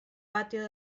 patio